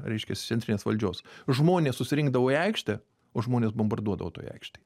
reiškias centrinės valdžios žmonės susirinkdavo į aikštę o žmones bombarduodavo toj aikštėj